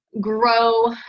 Grow